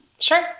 Sure